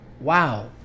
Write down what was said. Wow